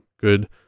good